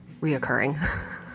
reoccurring